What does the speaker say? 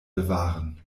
bewahren